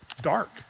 dark